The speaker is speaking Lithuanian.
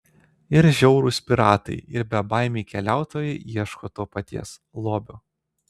ir žiaurūs piratai ir bebaimiai keliautojai ieško to paties lobio